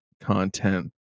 content